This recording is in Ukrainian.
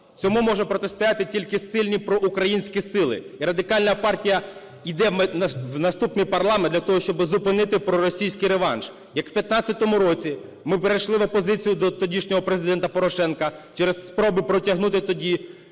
Цьому можуть протистояти тільки сильні проукраїнські сили. І Радикальна партія іде в наступний парламент для того, щоб зупинити проросійський реванш, як в 15-му році ми перейшли в опозицію до тодішнього Президента Порошенка через спроби протягнути тоді